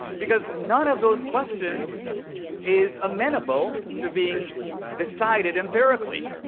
because none of those questions is amenable to being decided empirically.